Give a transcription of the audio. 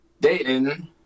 Dating